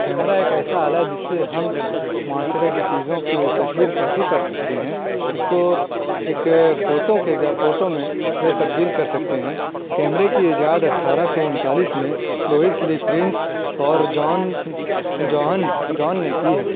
camera ایک ایسا آلا ہے جس سے ہم معاشرے کی چیزوں کی تصویرکشی کر سکتے ہیں اس کو ایک فوٹو کے فوٹو میں تبدیل کر سکتے ہیں کیمرے کی ایجاد اٹھارہ سو انتالیس میں لوئس لی پرینس اور جان جان جان نے کی ہے